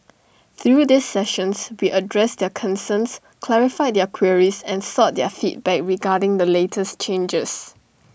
through these sessions we addressed their concerns clarified their queries and sought their feedback regarding the latest changes